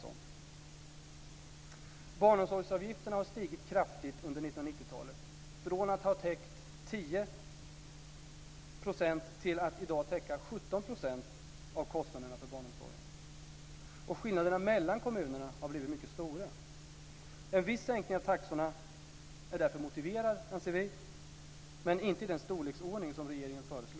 För det första: Barnomsorgsavgifterna har stigit kraftigt under 1990-talet, från att ha täckt 10 % till att i dag täcka 17 % av kostnaderna för barnomsorgen. Och skillnaderna mellan kommunerna har blivit mycket stora. Vi anser därför att en viss sänkning av taxorna är motiverad, men inte i den storleksordning som regeringen föreslog.